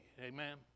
Amen